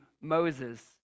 Moses